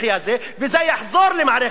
וזה יחזור למערכת הביטחון.